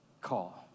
call